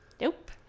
Nope